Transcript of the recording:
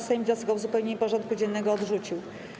Sejm wniosek o uzupełnienie porządku dziennego odrzucił.